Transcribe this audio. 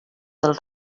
del